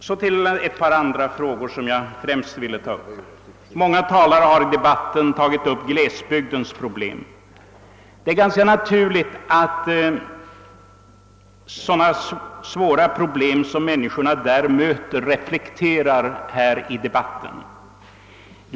Så till andra frågor, som jag främst ville ta upp. Många talare i debatten har berört glesbygdens problem. Det är naturligt att de svåra problem som människorna där möter reflekteras här i debatten.